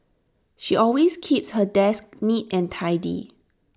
she always keeps her desk neat and tidy